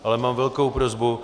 Ale mám velkou prosbu.